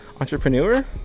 entrepreneur